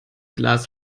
glas